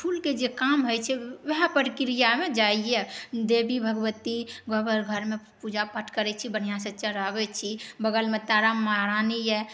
फूलके जे काम होइ छै वहए प्रक्रियामे जाइए देवी भगवती घरमे पूजा पाठ करै छी बढ़िऑं से चढ़ाबै छी बगलमे तारा महारानी यऽ